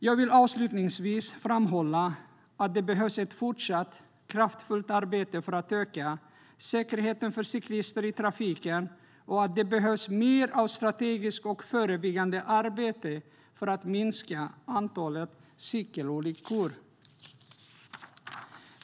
Jag vill avslutningsvis framhålla att det behövs ett fortsatt och kraftfullt arbete för att öka säkerheten för cyklister i trafiken och att det behövs mer av strategiskt och förebyggande arbete för att minska antalet cykelolyckor.